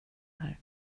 här